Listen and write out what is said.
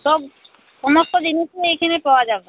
সব সমস্ত জিনিসই এইখানে পাওয়া যাবে